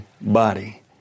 body